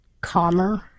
calmer